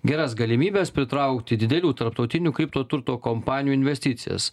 geras galimybes pritraukti didelių tarptautinių kripto turto kompanijų investicijas